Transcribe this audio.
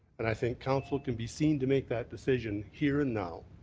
and i think council can be seen to make that decision here and now,